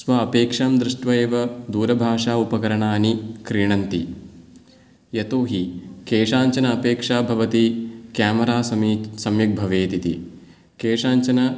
स्व अपेक्षां दृष्ट्वा एव दूरभाषा उपकरणानि क्रीणन्ति यतोऽहि केषाञ्चन अपेक्षा भवति केमेरा समि सम्यक् भवेत् इति केषाञ्चन